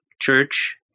church